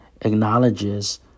acknowledges